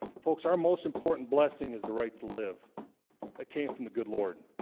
folks our most important blessing is the right to live that came from the good lord